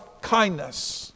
kindness